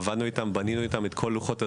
עבדנו איתם, בנינו איתם את כל לוחות הזמנים.